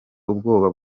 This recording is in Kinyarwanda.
ubwoba